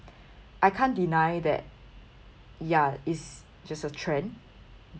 I can't deny that ya it's just a trend